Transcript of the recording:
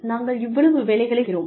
நாங்கள் இவ்வளவு வேலைகளை செய்கிறோம்